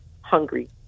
hungry